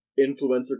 influencer